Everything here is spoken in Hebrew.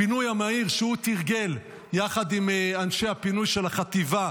הפינוי המהיר שהוא תרגל יחד עם אנשי הפינוי של החטיבה,